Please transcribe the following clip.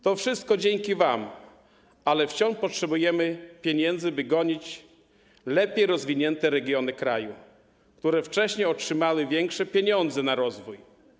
To wszystko dzięki wam, ale wciąż potrzebujemy pieniędzy, by gonić lepiej rozwinięte regiony kraju, które wcześniej otrzymały większe pieniądze na rozwój.